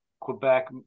Quebec